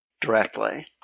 directly